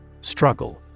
Struggle